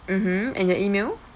mmhmm and your email